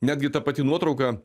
netgi ta pati nuotrauka